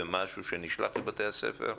במשהו שנשלח לבתי הספר?